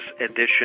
edition